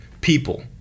people